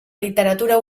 literatura